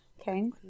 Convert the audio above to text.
Okay